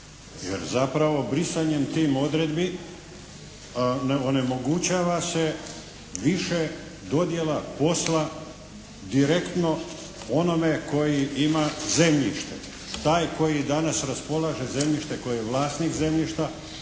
zapravo brisanjem tih odredbi onemogućava se više dodjela posla direktno onome koji ima zemljište. Taj koji danas raspolaže zemljištem, koji je vlasnik zemljišta,